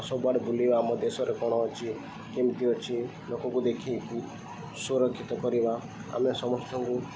ସବୁଆଡ଼େ ବୁଲିବା ଆମ ଦେଶରେ କ'ଣ ଅଛି କେମିତି ଅଛି ଲୋକକୁ ଦେଖିକି ସୁରକ୍ଷିତ କରିବା ଆମେ ସମସ୍ତଙ୍କୁ